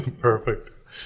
perfect